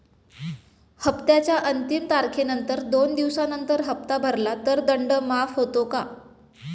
हप्त्याच्या अंतिम तारखेनंतर दोन दिवसानंतर हप्ता भरला तर दंड माफ होतो का?